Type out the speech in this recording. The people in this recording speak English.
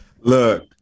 look